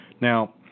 Now